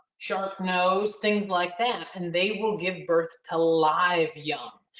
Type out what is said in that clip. sharpnose, things like that. and they will give birth to live young.